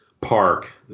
park